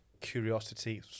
curiosity